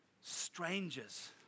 strangers